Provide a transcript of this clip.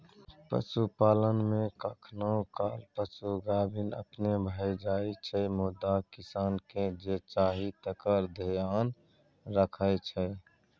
पशुपालन मे कखनो काल पशु गाभिन अपने भए जाइ छै मुदा किसानकेँ जे चाही तकर धेआन रखै छै